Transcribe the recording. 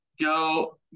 go